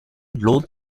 lohnt